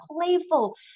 playful